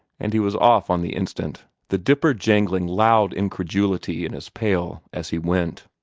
and he was off on the instant, the dipper jangling loud incredulity in his pail as he went.